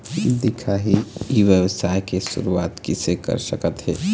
दिखाही ई व्यवसाय के शुरुआत किसे कर सकत हे?